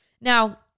Now